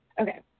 Okay